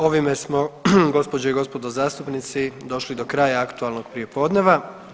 Ovime smo gospođe i gospodo zastupnici došli do kraja aktualnog prijepodneva.